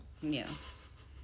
yes